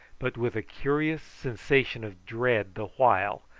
but with a curious sensation of dread the while,